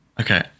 Okay